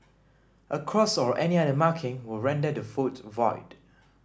a cross or any other marking will render the vote void